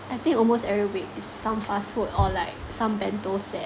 I think almost every week is some fast food or like some bento set